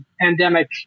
pandemic